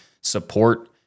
support